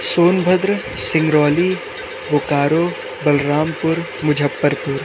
Sonbhadra Singrauli Bokaro Balrampur Muzaffarpur